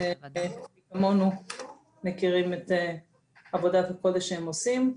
מי כמונו מכירים את עבודת הקודש שהם עושים.